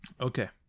Okay